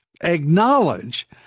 acknowledge